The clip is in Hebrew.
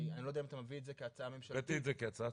אני לא יודע אם אתה מביא את זה כהצעה ממשלתית --- סגן שר במשרד